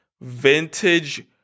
vintage